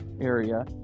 area